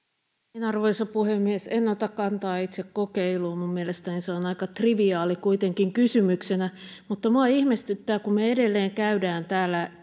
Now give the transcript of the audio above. arvoisa puhemies en ota kantaa itse kokeiluun mielestäni se on kuitenkin aika triviaali kysymyksenä mutta minua ihmetyttää kun me edelleen käymme täällä